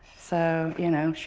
so, you know,